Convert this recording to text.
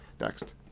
Next